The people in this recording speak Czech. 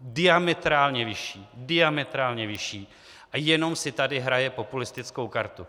diametrálně vyšší, diametrálně vyšší, a jenom si tady hraje populistickou kartu.